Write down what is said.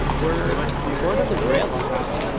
were, sort of israelis,